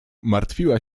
martwiła